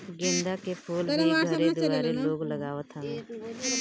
गेंदा के फूल भी घरे दुआरे लोग लगावत हवे